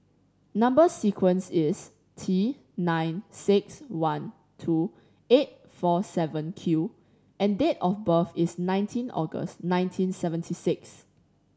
number sequence is T nine six one two eight four seven Q and date of birth is nineteen August nineteen seventy six